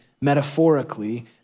metaphorically